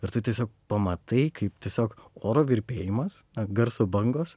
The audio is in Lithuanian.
ir tu tiesiog pamatai kaip tiesiog oro virpėjimas garso bangos